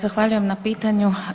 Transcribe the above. Zahvaljujem na pitanju.